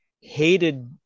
hated